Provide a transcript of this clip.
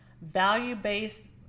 value-based